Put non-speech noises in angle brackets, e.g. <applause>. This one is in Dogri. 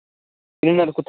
<unintelligible> कुत्थै देई